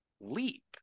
leap